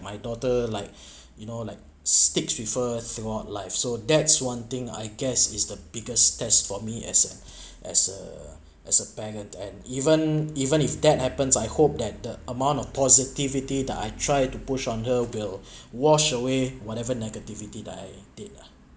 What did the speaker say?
my daughter like you know like sticks refer throughout life so that's one thing I guess is the biggest tests for me as an as a as a parent and even even if that happens I hope that the amount of positivity that I try to push on her will washed away whatever negativity that I did ah